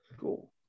Cool